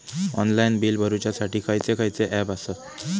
Online bill भरुच्यासाठी खयचे खयचे ऍप आसत?